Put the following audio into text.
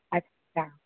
अछा